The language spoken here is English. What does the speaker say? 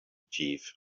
chief